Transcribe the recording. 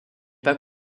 pas